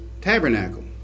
tabernacle